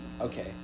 okay